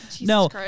No